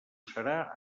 serà